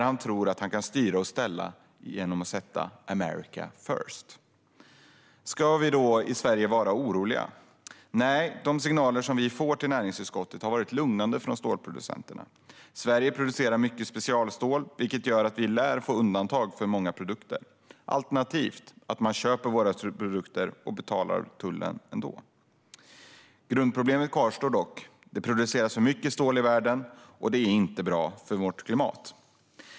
Han tror att han kan styra och ställa genom att sätta "America first". Ska vi då vara oroliga i Sverige? Nej - de signaler som vi i Näringsutskottet har fått från stålproducenterna har varit lugnande. Sverige producerar mycket specialstål, vilket gör att vi lär få undantag för många produkter. Alternativt köper man våra produkter ändå och betalar tullen. Grundproblemet kvarstår dock. Det produceras för mycket stål i världen, och det är inte bra för vårt klimat.